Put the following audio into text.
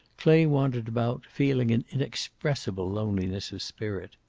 clay wandered about, feeling an inexpressible loneliness of spirit.